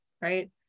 right